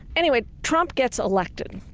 anyway, trump gets elected.